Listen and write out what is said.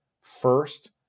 first